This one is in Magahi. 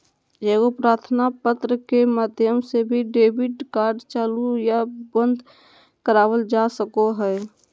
एगो प्रार्थना पत्र के माध्यम से भी डेबिट कार्ड चालू या बंद करवावल जा सको हय